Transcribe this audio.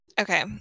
Okay